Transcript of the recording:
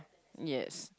yes